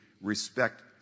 respect